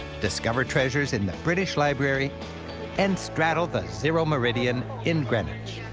discover treasures in the british library and straddle the zero meridian in greenwich.